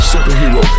Superhero